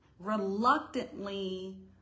reluctantly